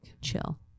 chill